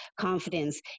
confidence